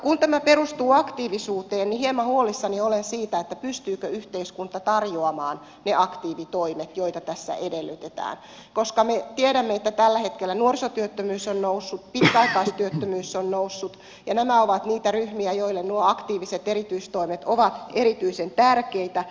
kun tämä perustuu aktiivisuuteen niin hieman huolissani olen siitä pystyykö yhteiskunta tarjoamaan ne aktiivitoimet joita tässä edellytetään koska me tiedämme että tällä hetkellä nuorisotyöttömyys on noussut pitkäaikaistyöttömyys on noussut ja nämä ovat niitä ryhmiä joille nuo aktiiviset erityistoimet ovat erityisen tärkeitä